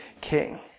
king